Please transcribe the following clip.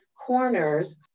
corners